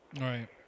Right